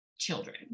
children